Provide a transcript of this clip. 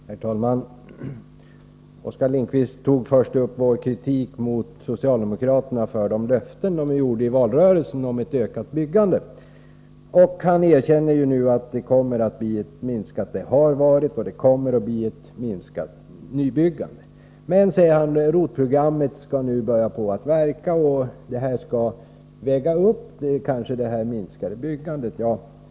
Herr talman! Oskar Lindkvist tog först upp vår kritik mot socialdemokraterna för de löften som de gav i valrörelsen om ett ökat byggande. Han erkänner att det har varit och att det kommer att bli ett minskat nybyggande. Han säger att ROT-programmet nu skall börja verka och att det skall väga upp det minskade byggandet.